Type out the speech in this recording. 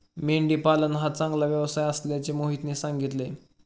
मेंढी पालन हा चांगला व्यवसाय असल्याचे मोहितने सांगितले